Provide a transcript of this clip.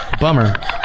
Bummer